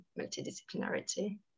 multidisciplinarity